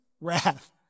Wrath